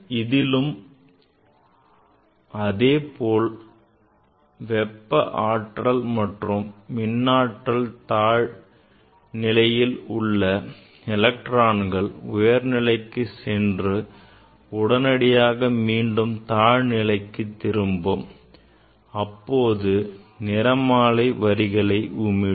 இதிலும் அதே போல் வெப்ப ஆற்றல் அல்லது மின் ஆற்றலால் தாழ்நிலையில் உள்ள எலக்ட்ரான்கள் உயர்நிலைக்கு சென்று உடனடியாக மீண்டும் தாழ் நிலைக்கு திரும்பும் அப்போது நிறமாலை வரிகளை உமிழும்